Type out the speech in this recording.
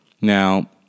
Now